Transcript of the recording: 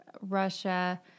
Russia